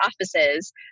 offices